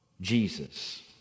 Jesus